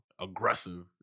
aggressive